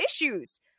issues